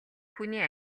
хүний